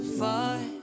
far